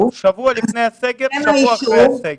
--- שבוע לפני הסגר ושבוע אחרי הסגר.